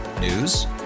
News